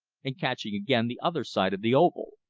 and catching again the other side of the oval.